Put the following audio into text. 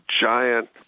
giant